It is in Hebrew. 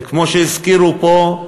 וכמו שהזכירו פה,